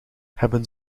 hebben